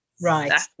right